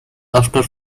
after